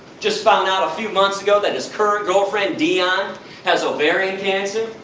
just found out a few months ago that his current girlfriend dione has ovarian cancer.